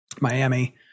Miami